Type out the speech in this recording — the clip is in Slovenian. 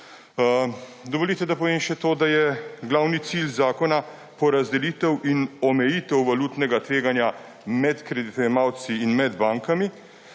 Dovolite, da povem še to, da je glavni cilj zakona porazdelitev in omejitev valutnega tveganja med kreditojemalci in med bankami,